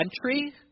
country